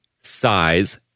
size